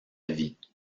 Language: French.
vie